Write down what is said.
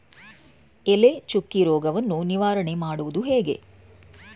ಎಲೆ ಚುಕ್ಕಿ ರೋಗವನ್ನು ನಿವಾರಣೆ ಮಾಡುವುದು ಹೇಗೆ?